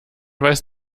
weiß